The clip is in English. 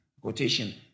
quotation